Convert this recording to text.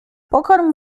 pokarm